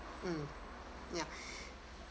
mm ya